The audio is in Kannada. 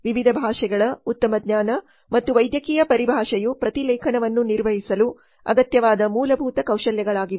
ವಿವಿಧ ಭಾಷೆಗಳ ಉತ್ತಮ ಜ್ಞಾನ ಮತ್ತು ವೈದ್ಯಕೀಯ ಪರಿಭಾಷೆಯು ಪ್ರತಿಲೇಖನವನ್ನು ನಿರ್ವಹಿಸಲು ಅಗತ್ಯವಾದ ಮೂಲಭೂತ ಕೌಶಲ್ಯಗಳಾಗಿವೆ